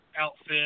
outfit